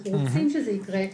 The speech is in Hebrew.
אנחנו רוצים שזה יקרה,